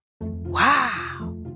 Wow